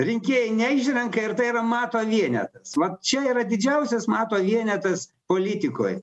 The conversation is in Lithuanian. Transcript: rinkėjai neišrenka ir tai yra mato vienetas vat čia yra didžiausias mato vienetas politikoj